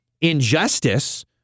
injustice